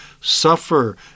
suffer